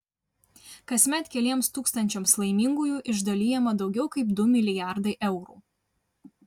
kasmet keliems tūkstančiams laimingųjų išdalijama daugiau kaip du milijardai eurų